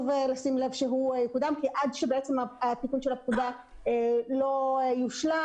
לשים לב שהוא יקודם כי עד שהתיקון של הפקודה לא יושלם,